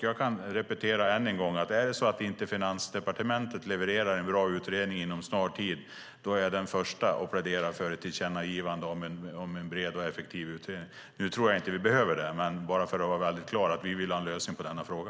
Jag kan än en gång säga att om det är så att Finansdepartementet inte levererar en bra utredning inom en snar framtid är jag den första att plädera för ett tillkännagivande om en bred och effektiv utredning. Nu tror jag inte att vi behöver det, men jag säger det för att vara väldigt klar. Vi vill ha en lösning på denna fråga.